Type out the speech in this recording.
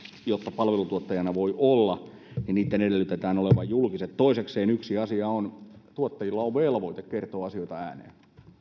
jotta palveluntuottajana voi olla ja niitten edellytetään olevan julkiset toisekseen yksi asia on että tuottajilla on velvoite kertoa asioita ääneen